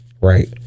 Right